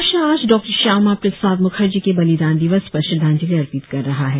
राष्ट्र आज डॉ श्यामा प्रसाद मुखर्जी के बलिदान दिवस पर श्रद्धांजलि अर्पित कर रहा है